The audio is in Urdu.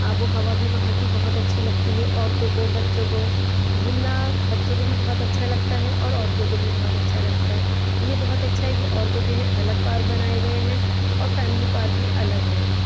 آب و ہَوا بھی وہاں کی بہت اچھی لگتی ہے عورتوں کو بچوں کو گھومنا بچوں کو بھی بہت اچھا لگتا ہے اور عورتوں کو بھی بہت اچھا لگتا ہے یہ بہت اچھا ہے کہ عورتوں کے لئے الگ پارک بنائے گئے ہیں اور فیملی پارک بھی الگ ہیں